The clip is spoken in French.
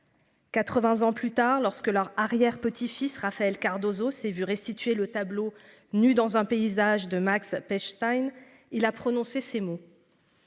80 ans plus tard, lorsque leur arrière petit fils Raphaël Cardoso s'est vu restituer le tableau nu dans un paysage de Max Pechstein, il a prononcé ces mots.